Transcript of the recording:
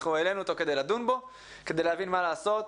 העלינו אותו כדי לדון בו, כדי להבין מה לעשות.